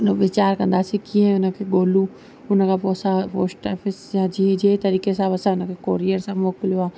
हुन वीचार कंदासी कीअं हुनखे ॻोल्हूं हुनखां पोइ असां पोस्ट ऑफ़िस जा जीअं जीअं तरीक़े सां असां कुरिअर सां मोकिलियो आहे